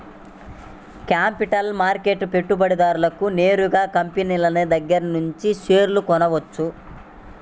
capital మార్కెట్లో పెట్టుబడిదారుడు నేరుగా కంపినీల దగ్గరనుంచే షేర్లు కొనుక్కోవచ్చు